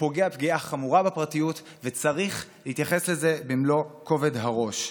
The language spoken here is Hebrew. שפוגע פגיעה חמורה בפרטיות וצריך להתייחס לזה במלוא כובד הראש.